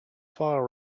file